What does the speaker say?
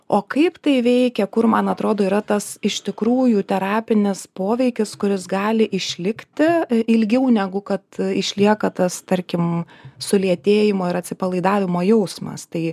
o kaip tai veikia kur man atrodo yra tas iš tikrųjų terapinis poveikis kuris gali išlikti ilgiau negu kad išlieka tas tarkim sulėtėjimo ir atsipalaidavimo jausmas tai